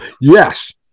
yes